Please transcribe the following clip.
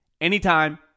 anytime